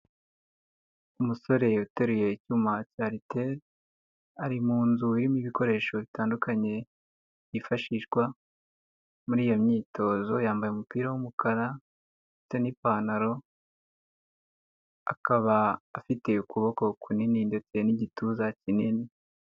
Umusore uteruye icyuma cya ariteri ari mu nzu irimo ibikoresho bitandukanye byifashishwa muri iyo myitozo yambaye umupira w'umukara ndetse n'ipantaro akaba afite ukuboko kunini ndetse n'igituza kinini.